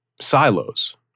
silos